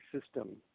system